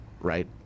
right